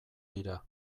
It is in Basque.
dira